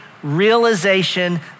Realization